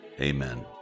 Amen